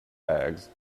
bags